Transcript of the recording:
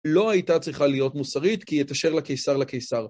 לא הייתה צריכה להיות מוסרית, כי את אשר לקיסר לקיסר.